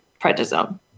prednisone